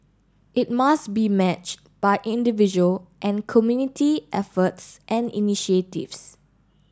it must be matched by individual and community efforts and initiatives